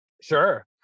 Sure